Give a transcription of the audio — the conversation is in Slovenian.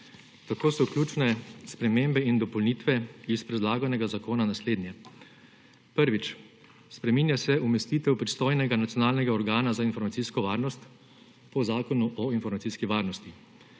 Tako so ključne spremembe in dopolnitve iz predlaganega zakona naslednje. Prvič, spreminja se umestitev pristojnega nacionalnega organa za informacijsko varnost po Zakonu o informacijski varnosti.